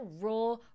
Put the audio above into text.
raw